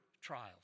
trials